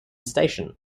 station